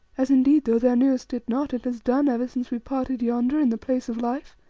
as indeed, though thou knewest it not, it has done ever since we parted yonder in the place of life?